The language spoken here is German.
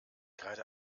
gerade